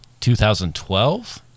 2012